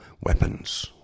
weapons